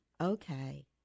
okay